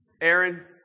Aaron